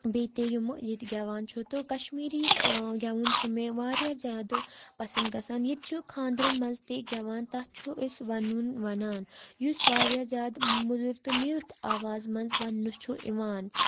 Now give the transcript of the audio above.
بیٚیہِ تہِ یِم گٮ۪وان چھُ تہٕ کَشمیٖری گٮ۪وُن چھُ مےٚ واریاہ زیادٕ پَسنٛد گژھان ییٚتہِ چھُ خاندرَن منٛز تہِ گٮ۪وان تَتھ چھُ أسۍ وَنوُن وَنان یُس واریاہ زیادٕ موٚدُر تہٕ میٖٹھ آوازِ منٛز وَننہٕ چھُ یِوان